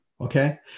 okay